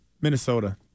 Minnesota